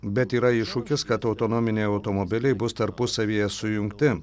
bet yra iššūkis kad autonominiai automobiliai bus tarpusavyje sujungti